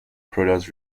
product